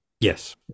Yes